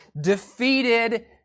defeated